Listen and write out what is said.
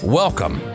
welcome